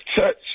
touch